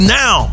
now